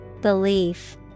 Belief